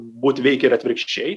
būt veikia ir atvirkščiai